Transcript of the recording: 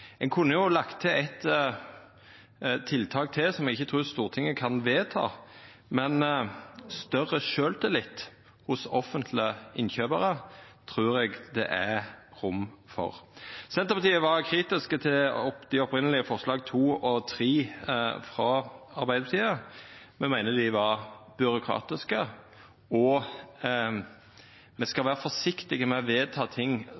Ein kunne jo ha lagt til eit tiltak til som eg ikkje trur Stortinget kan vedta, men større sjølvtillit hos offentlege innkjøparar trur eg det er rom for. Senterpartiet var kritiske til dei opphavlege forslaga nr. 2 og 3, frå Arbeidarpartiet og Miljøpartiet Dei Grøne. Me meiner dei var byråkratiske, og me